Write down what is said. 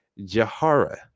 Jahara